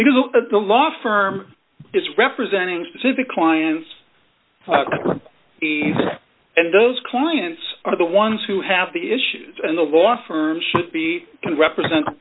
at the law firm is representing specific clients and those clients are the ones who have the issues and the law firm should be can represent